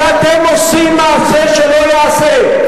כי אתם עושים מעשה שלא ייעשה.